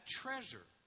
treasure